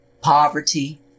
poverty